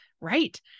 Right